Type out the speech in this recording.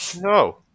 No